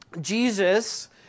Jesus